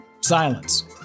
silence